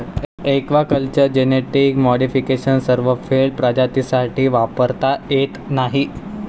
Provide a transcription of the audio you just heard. aquaculture genetic modification सर्व field प्रजातींसाठी वापरता येत नाही